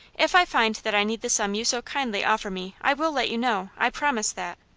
if i find that i need the sum you so kindly offer me, i will let you know, i promise that.